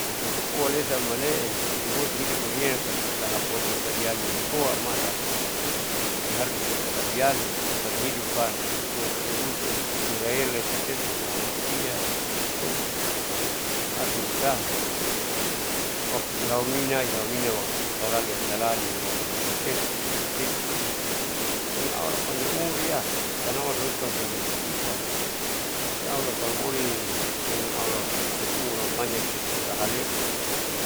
osutukoa lesa amaleu irua tihidup inanam kalo usaha tiporsa tauiali koa maasapa, jadi harus iporsa tahu iali terus taluhidupaam cumateiruite tilateti sulamalusia bisa koa harusi usaha waktu ihaunina ihaunina waktu atalali atalali liwaktu ihatetu sulatetu, kalomemang allah panjang umurli tanaman sulahoton cengki hidup ita insyaallah kalo boleh memang allah berikan umurampanjang bisa ihusaha haleu